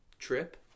Trip